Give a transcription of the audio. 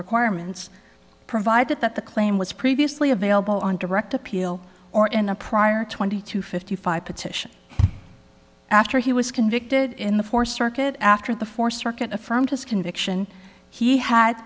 requirements provided that the claim was previously available on direct appeal or in a prior twenty two fifty five petition after he was convicted in the fourth circuit after the fourth circuit affirmed his conviction he had